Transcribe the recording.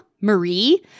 Marie